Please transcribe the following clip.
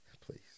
Please